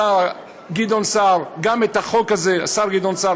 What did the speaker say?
השר גדעון סער גם את החוק הזה משך.